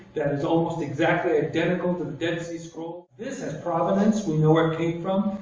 that is almost exactly identical to dead sea scrolls. this has provenance. we know where it came from.